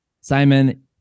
Simon